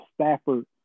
Stafford